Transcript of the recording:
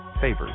favors